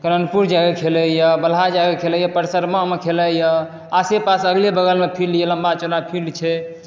करणपुर जाके खेलैया बलहा जाके खेलैया परसनमा मे खेलैया आसेपास अगले बगल मे फील्ड यऽ लम्बा चौड़ा फील्ड छै